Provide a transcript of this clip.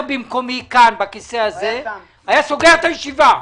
במקומי בכיסא הזה הוא היה סוגר את הישיבה.